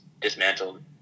dismantled